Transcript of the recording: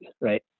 right